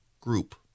group